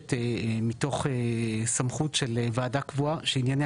תולשת מתוך סמכות של ועדה קבועה שענייניה